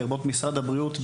לרבות משרד הבריאות,